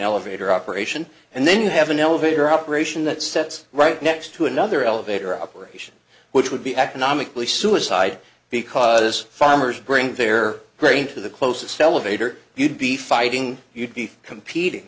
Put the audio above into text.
elevator operation and then you have an elevator operation that sets right next to another elevator operation which would be economically suicide because farmers bring their grain to the closest elevator you'd be fighting you'd be competing